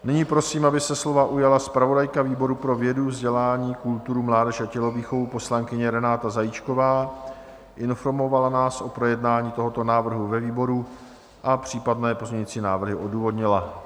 Nyní prosím, aby se slova ujala zpravodajka výboru pro vědu, vzdělání, kulturu, mládež a tělovýchovu, poslankyně Renáta Zajíčková, informovala nás o projednání tohoto návrhu ve výboru a případné pozměňovací návrhy odůvodnila.